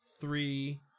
three